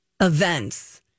events